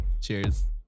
Cheers